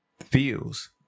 feels